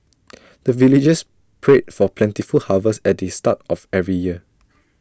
the villagers pray for plentiful harvest at the start of every year